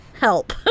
help